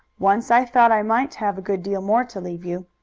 once i thought i might have a good deal more to leave you.